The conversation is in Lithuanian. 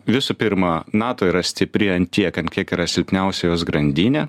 visų pirma nato yra stipri ant tiek ant kiek yra silpniausia jos grandinė